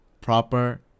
proper